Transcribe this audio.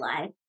life